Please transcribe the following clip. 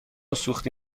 سوختی